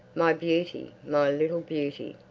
my beauty, my little beauty!